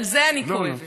על זה אני כואבת